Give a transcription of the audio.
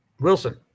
Wilson